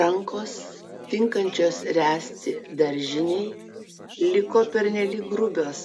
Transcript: rankos tinkančios ręsti daržinei liko pernelyg grubios